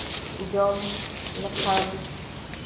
ᱡᱚᱢ ᱞᱮᱠᱷᱟᱱ